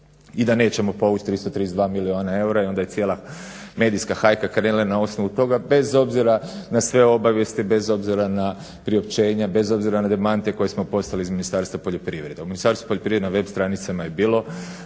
i da nećemo povući 332 milijuna eura i onda je cijela medijska hajka krenula na osnovu toga bez obzira na sve obavijesti, bez obzira na priopćenja, bez obzira na demantije koje smo poslali iz Ministarstva poljoprivrede. U Ministarstvu poljoprivrede na web stranicama je bilo